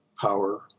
power